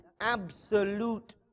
absolute